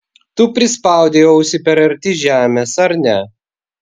tu prispaudei ausį per arti žemės ar ne